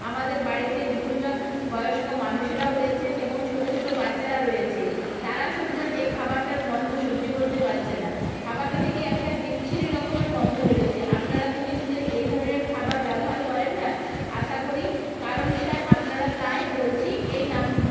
আমাদের বাড়িতে গুরুজন বয়স্ক মানুষেরাও রয়েছেন এবং ছোটো ছোটো বাচ্চারা রয়েছে তারা সুদ্ধ এই খাবারটার গন্ধ সহ্য করতে পারছে না খাবারটা থেকে একটা বিচ্ছিরি রকমের গন্ধ বেরোচ্ছে আপনারা তো নিশ্চয়ই এই ধরনের খাবার ব্যবহার করেন না আশা করি কারণ স্যার আপনারা তাই বলছি এই নাম